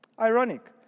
Ironic